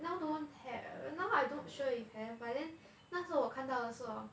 now don't have now I don't sure if have but then 那时候我看到的是 hor